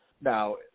Now